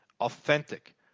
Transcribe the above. authentic